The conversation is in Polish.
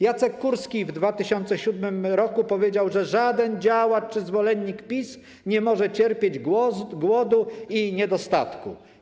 Jacek Kurski w 2007 r. powiedział, że żaden działacz czy zwolennik PiS nie powinien cierpieć głodu i niedostatku.